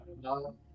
no